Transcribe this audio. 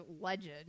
legend